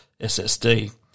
SSD